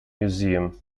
museum